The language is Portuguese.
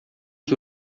que